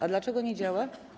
A dlaczego nie działa?